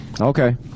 Okay